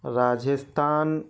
Rajasthan